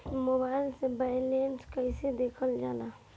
Mobile से balance कइसे देखल जाला?